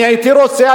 אני הייתי רוצה,